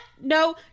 No